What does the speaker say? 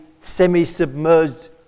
semi-submerged